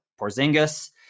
Porzingis